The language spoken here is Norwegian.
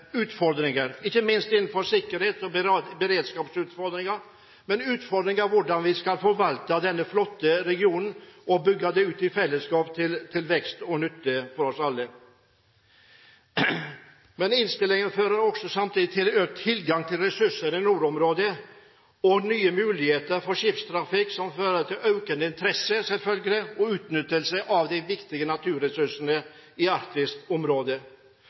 utfordringer, ikke minst innenfor sikkerhets- og beredskapsutfordringer. Men utfordringen er hvordan vi skal forvalte denne flotte regionen og bygge den ut i fellesskap til vekst og nytte for oss alle. Men meldingen viser også samtidig til økt tilgang til ressurser i nordområdet og nye muligheter for skipstrafikk som fører til økende interesse, selvfølgelig, og utnyttelse av de viktige naturressursene i